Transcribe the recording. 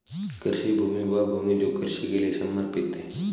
कृषि भूमि वह भूमि है जो कृषि के लिए समर्पित है